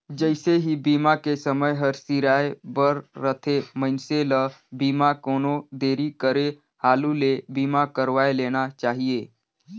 जइसे ही बीमा के समय हर सिराए बर रथे, मइनसे ल बीमा कोनो देरी करे हालू ले बीमा करवाये लेना चाहिए